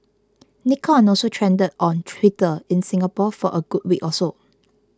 Nikon also trended on Twitter in Singapore for a good week or so